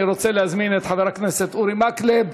אני רוצה להזמין את חבר הכנסת אורי מקלב,